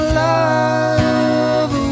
love